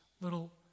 little